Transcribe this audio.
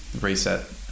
reset